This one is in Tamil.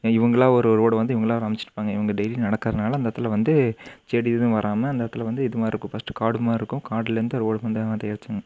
இவங்களா ஒரு ஒரு ரோடு வந்து இவங்களா ஒரு அமைச்சிருப்பாங்க இவங்க டெய்லியும் நடக்கிறதுனால அந்த இடத்துல வந்து செடி எதுவும் வராமல் அந்த இடத்துல வந்து இதுமாதிரி இருக்கும் ஃபர்ஸ்ட்டு காடு மாதிரி இருக்கும் காட்டுலேருந்து ரோடு வந்து அந்த மாதிரி ஏதாச்சும்